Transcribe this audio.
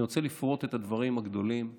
אני רוצה לפרוט את הדברים הגדולים לפרטים,